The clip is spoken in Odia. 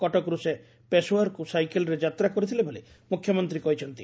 କଟକରୁ ସେ ପେଶାଓ୍ୱାରକୁ ସାଇକଲରେ ଯାତ୍ରା କରିଥିଲେ ବୋଲି ମୁଖ୍ୟମନ୍ତୀ କହିଛନ୍ତି